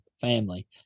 family